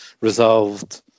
resolved